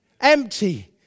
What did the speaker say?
empty